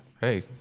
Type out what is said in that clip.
hey